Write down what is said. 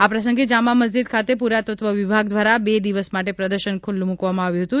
આ પ્રસંગે જામા મસ્જિદ ખાતે પુરાતત્વ વિભાગ દ્વારા બે દિવસ માટે પ્રદર્શન ખુલ્લુ મુકવામાં આવ્યું હતું